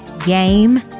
game